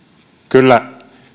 kyllä